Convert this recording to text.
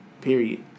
Period